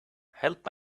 help